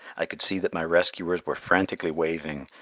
i could see that my rescuers were frantically waving,